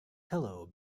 hello